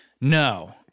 No